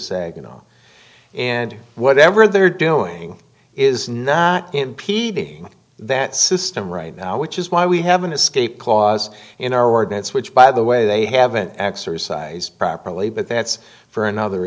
know and whatever they're doing is not impeding that system right now which is why we have an escape clause in our ordinance which by the way they haven't exercised properly but that's for another